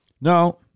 No